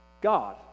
God